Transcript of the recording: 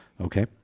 Okay